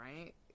right